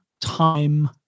time